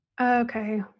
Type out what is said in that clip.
Okay